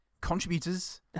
contributors